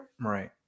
Right